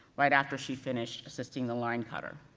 right after she finished assisting the line-cutter.